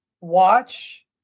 Watch